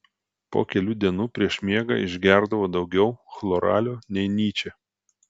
po kelių dienų prieš miegą išgerdavo daugiau chloralio nei nyčė